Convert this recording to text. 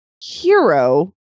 hero